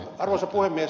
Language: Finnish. arvoisa puhemies